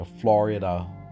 Florida